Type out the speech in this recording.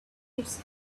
its